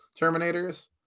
Terminators